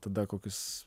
tada kokius